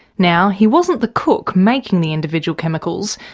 now he wasn't the cook making the individual chemicals,